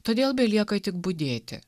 todėl belieka tik budėti